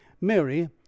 Mary